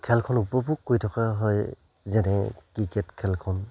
খেলখন উপভোগ কৰি থকা হয় যেনে ক্ৰিকেট খেলখন